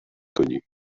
connue